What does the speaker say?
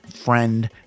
friend